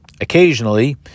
Occasionally